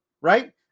right